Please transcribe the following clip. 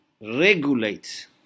regulate